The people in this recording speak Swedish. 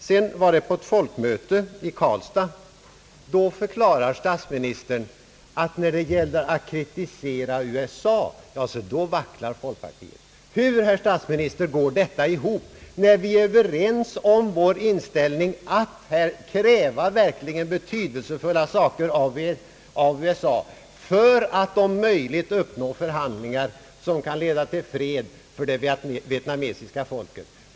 Sedan var statsministern på ett folkmöte i Karlsiad — då förklarade statsministern, att när det gällde att kritisera USA, ja se då vacklar folkpartiet. Hur går detta ihop, herr statsminister? Vi är överens om att kräva verkligt betydelsefulla saker av USA för att om möjligt uppnå förhandlingar som kan leda till fred för det vietnamesiska folket.